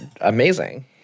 amazing